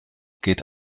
geht